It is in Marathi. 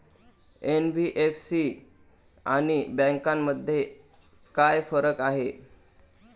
एन.बी.एफ.सी आणि बँकांमध्ये काय फरक आहे?